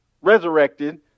resurrected